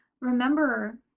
remember